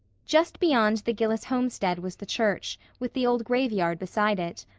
just beyond the gillis homestead was the church, with the old graveyard beside it.